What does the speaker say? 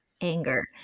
anger